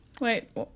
Wait